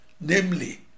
Namely